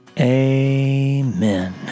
Amen